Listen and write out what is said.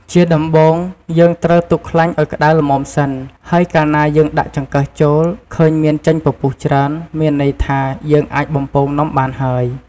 ជាដំបូង យើងត្រូវទុកខ្លាញ់ឲ្យក្ដៅល្មមសិន ហើយកាលណាយើងដាក់ចង្កឹះចូល ឃើញមានចេញពពុះច្រើន មានន័យថា យើងអាចបំពងនំបានហើយ។